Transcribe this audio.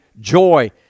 joy